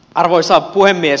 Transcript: arvoisa puhemies